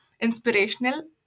inspirational